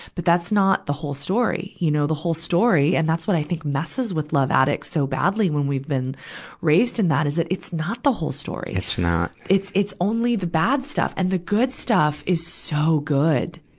but that's not the whole story. you know, the whole story and that's what, i think, messes with love addicts so badly when we've been raised in that, is that it's not the whole story. it's not. it's, it's only the bad stuff. and the good stuff is so good.